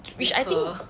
which I think